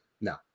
No